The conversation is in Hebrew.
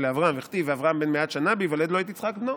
לאברם' וכתיב 'ואברם בן מאת שנה בהולד לו את יצחק בנו'".